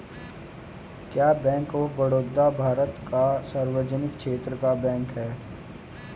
क्या bank of Baroda Bharat का सार्वजनिक क्षेत्र का बैंक है?